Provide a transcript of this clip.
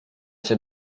się